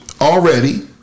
already